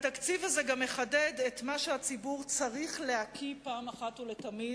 התקציב הזה גם מחדד את מה שהציבור צריך להקיא פעם אחת ולתמיד,